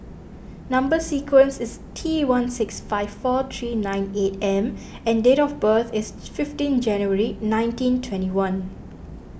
Number Sequence is T one six five four three nine eight M and date of birth is fifteen January nineteen twenty one